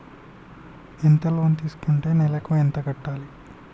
ఎంత లోన్ తీసుకుంటే నెలకు ఎంత కట్టాలి?